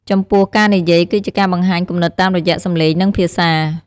ចំពោះ ការនិយាយ គឺជាការបង្ហាញគំនិតតាមរយៈសំឡេង និងភាសា។